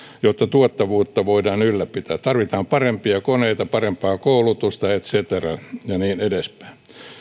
jotta tuottavuutta voidaan ylläpitää tarvitaan parempia koneita parempaa koulutusta et cetera ja niin edespäin